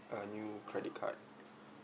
a new credit card